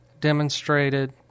demonstrated